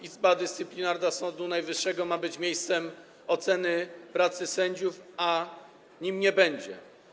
Izba Dyscyplinarna Sądu Najwyższego ma być miejscem oceny pracy sędziów, a nim nie będzie.